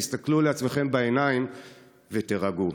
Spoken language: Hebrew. תסתכלו לעצמכם בעיניים ותירגעו.